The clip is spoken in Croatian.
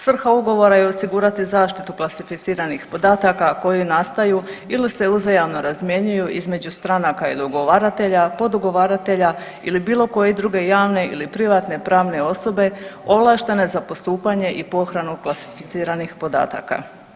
Svrha ugovora je osigurati zaštitu klasificiranih podataka koji nastaju ili se uzajamno razmjenjuju između stranaka i dogovaratelja, podugovaratelja ili bilo koje druge javne ili privatne pravne osobe ovlaštene za postupanje i pohranu klasificiranih podataka.